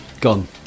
Gone